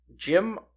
Jim